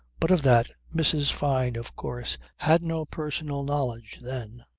but of that mrs. fyne of course had no personal knowledge then